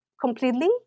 completely